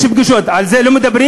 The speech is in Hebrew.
יש פגישות, על זה לא מדברים?